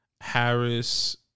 Harris